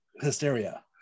hysteria